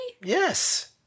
yes